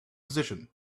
position